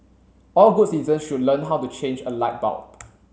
all good citizens should learn how to change a light bulb